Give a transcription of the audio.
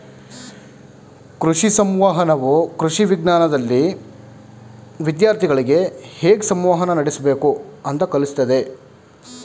ಕೃಷಿ ಸಂವಹನವು ಕೃಷಿ ವಿಜ್ಞಾನ್ದಲ್ಲಿ ವಿದ್ಯಾರ್ಥಿಗಳಿಗೆ ಹೇಗ್ ಸಂವಹನ ನಡಸ್ಬೇಕು ಅಂತ ಕಲ್ಸತದೆ